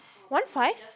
one five